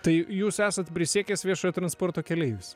tai jūs esat prisiekęs viešojo transporto keleivis